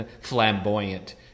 flamboyant